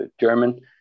German